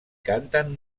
canten